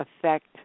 affect